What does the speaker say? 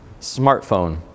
smartphone